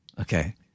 Okay